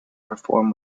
perform